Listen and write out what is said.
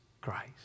Christ